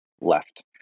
left